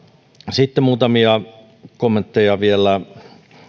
sitten muutamia kommentteja vielä